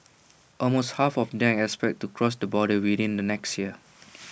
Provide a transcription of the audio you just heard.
almost half of them expect to cross the borders within the next year